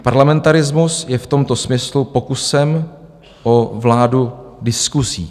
Parlamentarismus je v tomto smyslu pokusem o vládu diskusí.